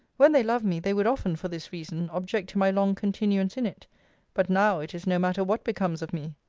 when they loved me, they would often, for this reason, object to my long continuance in it but now, it is no matter what becomes of me.